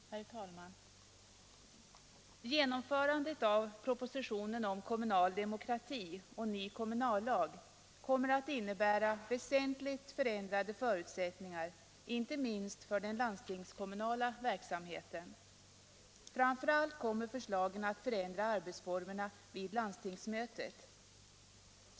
Herr talman! Genomförandet av förslagen i propositionen om kommunal demokrati, ny kommunallag m. m: kommer att innebära väsentligt förändrade förutsättningar inte minst för den landstingskommunala verksamheten. Framför allt kommer förslagen att förändra arbetsformerna vid landstingsmötet.